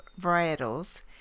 varietals